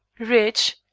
rich,